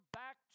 back